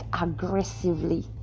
aggressively